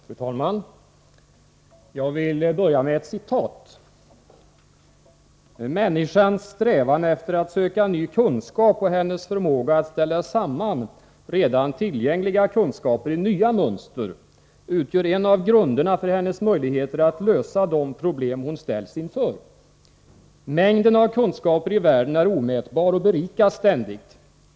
Fru talman! Jag vill börja med ett citat: ”Människans strävan efter att söka ny kunskap och hennes förmåga att ställa samman redan tillgängliga kunskaper i nya mönster utgör en av grunderna för hennes möjligheter att lösa de problem hon ställs inför. Mängden av kunskaper i världen är omätbar och berikas ständigt.